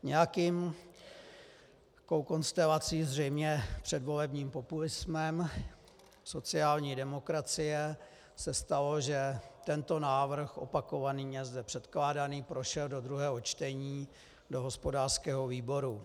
Nějakou konstelací, zřejmě předvolebním populismem sociální demokracie, se stalo, že tento návrh opakovaný, zde předkládaný, prošel do druhého čtení do hospodářského výboru.